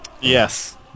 Yes